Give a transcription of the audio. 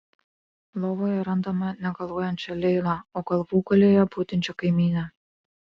lovoje randame negaluojančią leilą o galvūgalyje budinčią kaimynę